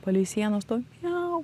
palei sieną stovi miau